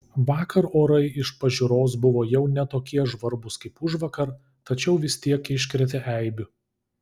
vakar orai iš pažiūros buvo jau ne tokie žvarbūs kaip užvakar tačiau vis tiek iškrėtė eibių